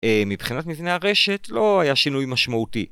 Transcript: מבחינת מבנה הרשת לא היה שינוי משמעותי